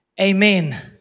Amen